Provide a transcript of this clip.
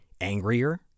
angrier